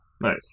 Nice